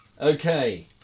Okay